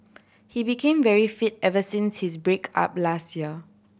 he became very fit ever since his break up last year